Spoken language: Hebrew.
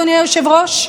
אדוני היושב-ראש?